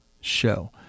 show